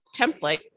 template